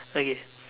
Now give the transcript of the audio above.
okay